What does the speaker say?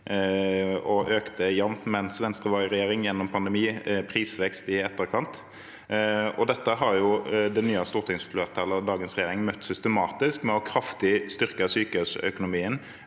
de økte jevnt mens Venstre var i regjering, gjennom pandemi og prisvekst i etterkant. Dette har det nye stortingsflertallet og dagens regjering møtt systematisk. Vi har styrket sykehusøkonomien